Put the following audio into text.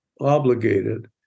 obligated